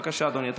בבקשה, אדוני.